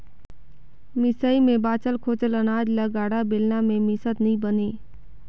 मिसई मे बाचल खोचल अनाज ल गाड़ा, बेलना मे मिसत नी बने